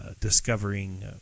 discovering